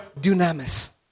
Dunamis